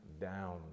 down